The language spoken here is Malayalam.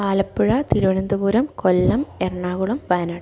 ആലപ്പുഴ തിരുവനന്തപുരം കൊല്ലം എറണാകുളം വയനാട്